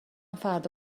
فردا